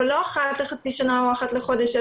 אבל לא אחת לחצי שנה או אחת לחודש,